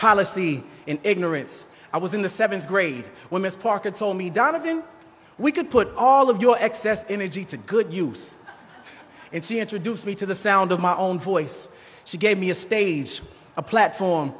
policy and ignorance i was in the seventh grade when miss parker told me donnegan we could put all of your excess energy to good use and she introduced me to the sound of my own voice she gave me a stage a platform